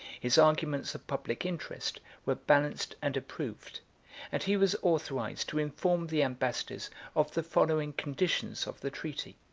his arguments of public interest were balanced and approved and he was authorized to inform the ambassadors of the following conditions of the treaty.